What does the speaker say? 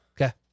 Okay